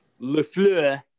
LeFleur